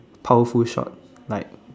powerful shots like